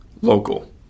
local